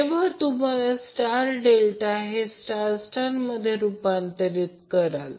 जेव्हा तुम्ही star delta हे स्टार स्टार मध्ये रुपांतर कराल